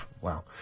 Wow